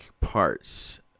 parts